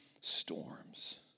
storms